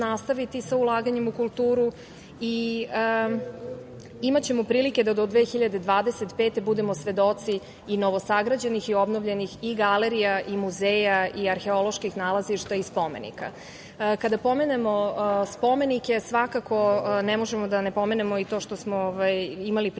sa ulaganjem u kulturu i imaćemo prilike da od 2025. godine budemo svedoci i novosagrađenih i obnovljenih i galerija i muzeja i arheoloških nalazišta i spomenika. Kada pomenemo spomenike, svakako ne možemo, a da ne pomenemo i to što smo imali priliku